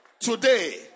today